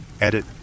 Edit